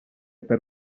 per